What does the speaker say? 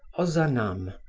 ozanam,